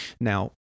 Now